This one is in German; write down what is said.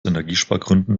energiespargründen